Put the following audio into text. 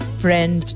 friend